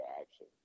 action